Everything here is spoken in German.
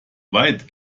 weit